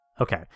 Okay